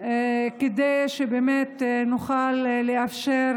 כדי שנוכל לאפשר